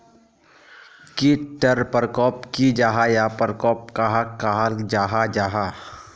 कीट टर परकोप की जाहा या परकोप कहाक कहाल जाहा जाहा?